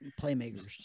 Playmakers